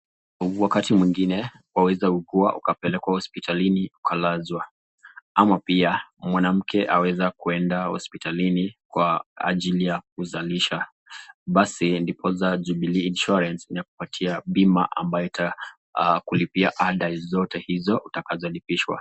Wakati mwingine waweza ugua ukapelekwa hosiptalini ukalazwa, ama pia mwanamke anaweza kwenda hosiptalini kwa ajili ya kuzalisha, basi ndiposa Jubilee Insurance inakupatia bima ambayo itakulipia ada zote hizo utakazolipishwa.